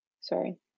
Sorry